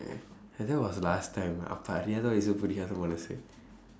ya that was last time அப்ப அறியாத வயசு புரியாத மனசு:appa ariyaatha vayasu puriyaatha manasu